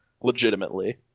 legitimately